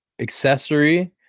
accessory